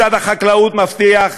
משרד החקלאות מבטיח,